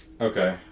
okay